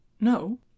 no